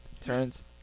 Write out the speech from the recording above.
Turns